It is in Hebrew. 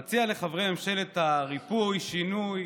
אני מציע לחברי ממשלת הריפוי, שינוי,